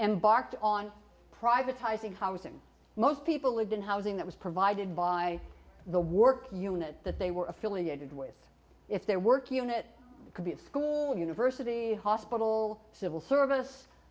embarked on privatizing housing most people lived in housing that was provided by the work unit that they were affiliated with if they're working on it could be a school university hospital civil service